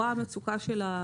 המצוקה ברורה.